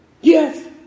Yes